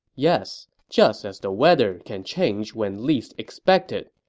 yes, just as the weather can change when least expected.